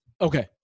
Okay